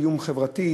"איום חברתי",